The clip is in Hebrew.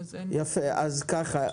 יפה, אז ככה.